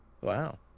Wow